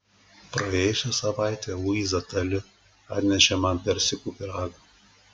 praėjusią savaitę luiza tali atnešė man persikų pyragą